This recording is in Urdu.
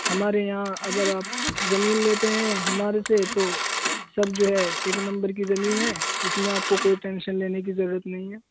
ہمارے یہاں اگر آپ زمین لیتے ہیں ہمارے سے تو سب جو ہے ایک نمبر کی زمین ہے اس میں آپ کو کوئی ٹینشن لینے کی ضرورت نہیں ہے